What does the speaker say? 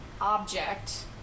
object